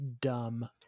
dumb